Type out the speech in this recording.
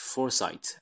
Foresight